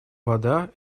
вода